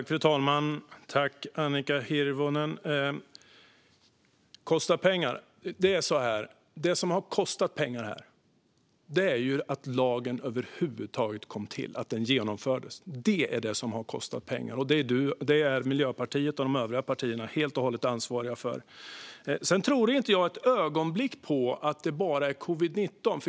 Fru talman! Jag tackar Annika Hirvonen för detta. Det är så här: Det som har kostat pengar är att lagen över huvud taget kom till, att den infördes. Det är detta som har kostat pengar. Det är Miljöpartiet och de övriga partierna helt och hållet ansvariga för. Jag tror inte ett ögonblick på ett det bara handlar om covid-19.